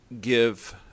give